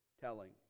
telling